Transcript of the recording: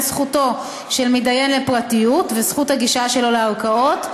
זכותו של מתדיין לפרטיות וזכות הגישה שלו לערכאות,